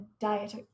diet